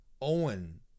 Owen